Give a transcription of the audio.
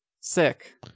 Sick